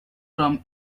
from